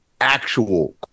actual